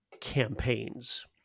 campaigns